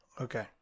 okay